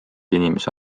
inimese